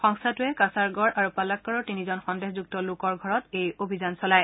সংস্থাটোৱে কাছাৰগড় আৰু পালাক্কৰৰ তিনিজন সন্দেহযুক্ত লোকৰ ঘৰত এই অভিযান চলায়